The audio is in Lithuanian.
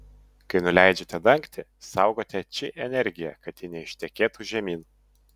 kai nuleidžiate dangtį saugote či energiją kad ji neištekėtų žemyn